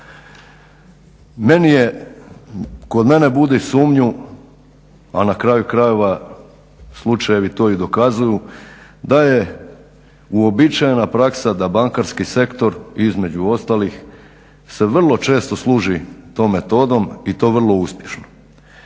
meni je, kod mene budi sumnju, a na kraju krajeva slučajevi to i dokazuju, da je uobičajena praksa da bankarski sektor između ostalih se vrlo često služi tom metodom i to vrlo uspješno.